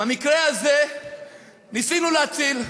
במקרה הזה ניסינו להציל.